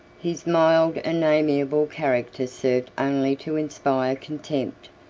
his mild and amiable character served only to inspire contempt,